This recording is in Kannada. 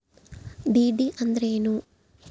ಡಿ.ಡಿ ಅಂದ್ರೇನು?